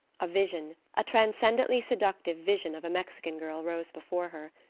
a vision a transcendently seductive vision of a mexican girl arose before her.